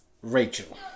Rachel